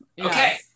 okay